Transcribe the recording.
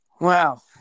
Wow